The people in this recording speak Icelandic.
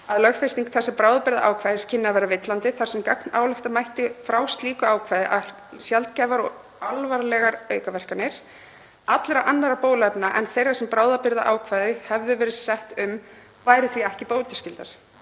að lögfesting þessa bráðabirgðaákvæðis kynni að vera villandi þar sem gagnálykta mætti frá slíku ákvæði að sjaldgæfar og alvarlegar aukaverkanir allra annarra bóluefna en þeirra sem bráðabirgðaákvæði hefðu verið sett um væru ekki bótaskyldar.